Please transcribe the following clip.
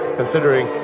considering